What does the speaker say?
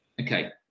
Okay